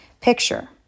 Picture